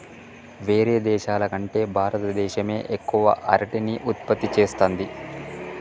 వేరే దేశాల కంటే భారత దేశమే ఎక్కువ అరటిని ఉత్పత్తి చేస్తంది